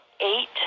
eight